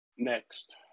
next